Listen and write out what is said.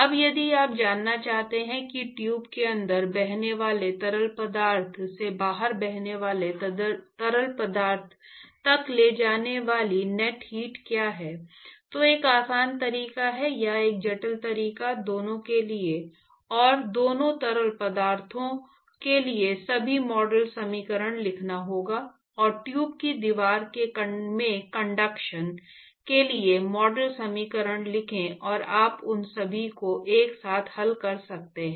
अब यदि आप जानना चाहते हैं कि ट्यूब के अंदर बहने वाले तरल पदार्थ से बाहर बहने वाले तरल पदार्थ तक ले जाने वाली नेट हीट क्या है तो एक आसान तरीका या एक जटिल तरीका दोनों के लिए और दोनों तरल पदार्थ के लिए सभी मॉडल समीकरण लिखना होगा और ट्यूब की दीवार में कंडक्शन के लिए मॉडल समीकरण लिखें और आप उन सभी को एक साथ हल कर सकते हैं